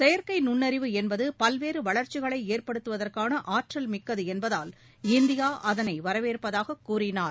செயற்கை நுண்ணறிவு என்பது பல்வேறு வளர்ச்சிகளை ஏற்படுத்துவதற்கான ஆற்றல் மிக்கது என்பதால் இந்தியா அதனை வரவேற்பதாக கூறினார்